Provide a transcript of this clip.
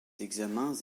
examens